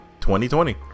2020